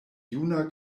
juna